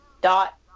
dot